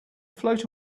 float